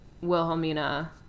Wilhelmina